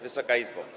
Wysoka Izbo!